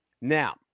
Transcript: now